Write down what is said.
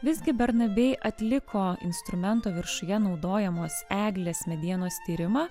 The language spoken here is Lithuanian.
visgi bernabei atliko instrumento viršuje naudojamos eglės medienos tyrimą